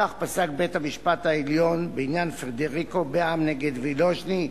כך פסק בית-המשפט העליון בעניין פדריקו בע"מ נגד וילוז'ני,